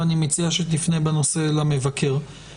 ואני מציע שתפנה בנושא למבקר.